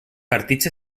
partits